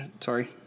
Sorry